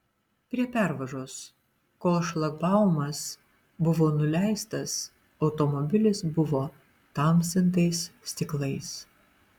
prie pervažos kol šlagbaumas buvo nuleistas automobilis buvo tamsintais stiklais